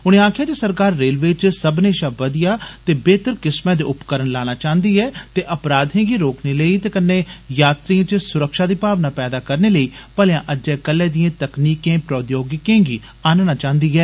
उनें आक्खेआ जे सरकार रेलवे च सब्बनें षा बधिया ते बेहतर किस्मै दे उपकरण लाना चांहदी ऐ ते अपराधें गी रोकने लेई ते कन्ने यात्रिएं च सुरक्षा दी भावना पैदा करने लेई भलेआं अज्जै कल्लै दिएं तकनीकें प्रोद्योगिकिएं गी आनना चांहदी ऐ